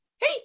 hey